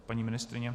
Paní ministryně?